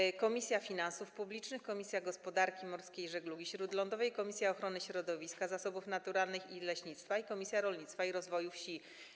Były to: Komisja Finansów Publicznych, Komisja Gospodarki Morskiej i Żeglugi Śródlądowej, Komisja Ochrony Środowiska, Zasobów Naturalnych i Leśnictwa oraz Komisja Rolnictwa i Rozwoju Wsi.